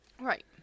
right